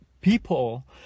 people